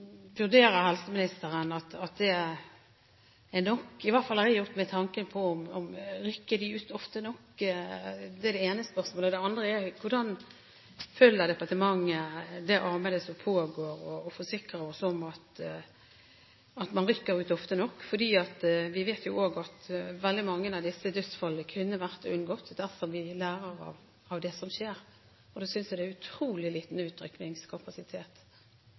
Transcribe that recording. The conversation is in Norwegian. vurderer da helseministeren at det er nok? I hvert fall har jeg gjort meg tanken: Rykker de ut ofte nok? Det er det ene spørsmålet. Det andre spørsmålet er: Hvordan følger departementet det arbeidet som pågår, slik at de kan forsikre oss om at man rykker ut ofte nok? Vi vet jo også at veldig mange av disse dødsfallene kunne vært unngått, dersom de hadde lært av det som skjedde. Da synes jeg det er en utrolig liten